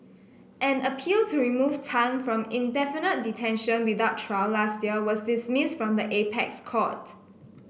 an appeal to remove Tan from indefinite detention without trial last year was dismissed by the apex court